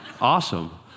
Awesome